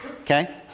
okay